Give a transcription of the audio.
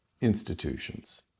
institutions